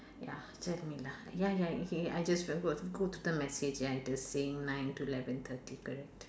ya tell me lah ya ya ya I just go the message ya the same nine to eleven thirty correct